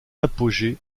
apogée